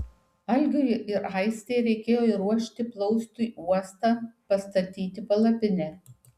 algiui ir aistei reikėjo įruošti plaustui uostą pastatyti palapinę